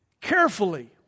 Carefully